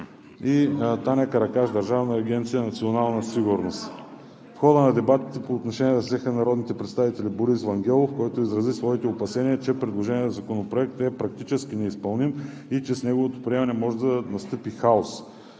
и Таня Каракаш от Държавната агенция „Национална сигурност“. В хода на дебата отношение взе народният представител Борис Вангелов, който изрази своите опасения, че предложеният законопроект е практически неизпълним и че с неговото приемане може да настъпи хаос.